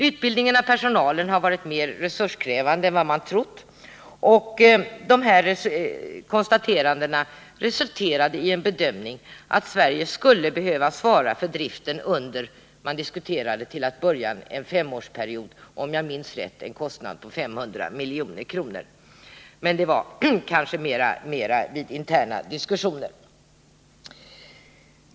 Utbildningen av personalen har varit mer resurskrävande än vad man trott. Dessa konstateranden resulterade i en bedömning att Sverige skulle behöva svara för driften under en — vad man diskuterade till att börja med — femårsperiod och till en kostnad av, om jag minns rätt, 500 milj.kr., men detta var kanske mera vid interna diskussioner.